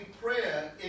prayer